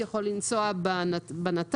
הוא יכול לנסוע בנת"צ,